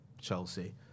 Chelsea